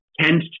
tend